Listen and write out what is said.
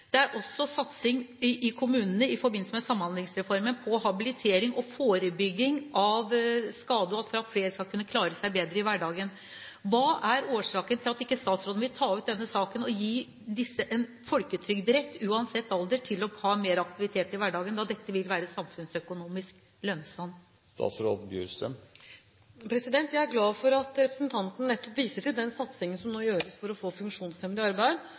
Det er også satsing i kommunene i forbindelse med Samhandlingsreformen på habilitering og forebygging av skade og for at flere skal kunne klare seg bedre i hverdagen. Hva er årsaken til at statsråden ikke vil ta ut denne saken og gi disse en folketrygdrett, uansett alder, til mer aktivitet i hverdagen, da dette vil være samfunnsøkonomisk lønnsomt? Jeg er glad for at representanten nettopp viser til den satsingen som nå gjøres for å få funksjonshemmede i arbeid,